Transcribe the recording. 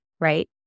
right